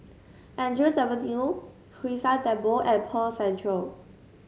Andrews Avenue Hwee San Temple and Pearl Centre